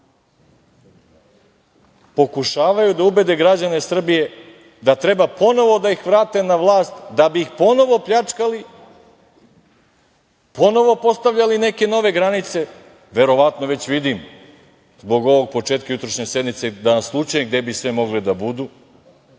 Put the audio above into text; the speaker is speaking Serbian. pokušavaju da ubede građane Srbije da treba ponovo da ih vrate na vlast da bi ih ponovo pljačkali, ponovo postavljali neke nove granice, verovatno već vidim zbog ovog početka jutrošnje sednice, da naslućuju gde bi sve mogli da budu,